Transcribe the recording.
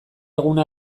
eguna